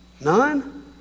None